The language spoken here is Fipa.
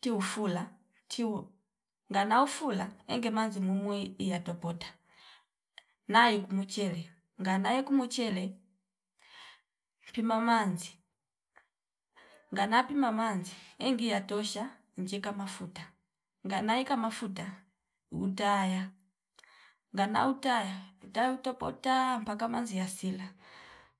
tiufula tiu ngana ufula enge manzi mumwi iya topota nai ikumuchele ngana ikumuchele pima manzi ngana pima manzi engi yatosha njika mafuta nganaika mafuta utaya ngana utaya utayo topota paka manzi yasila